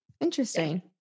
Interesting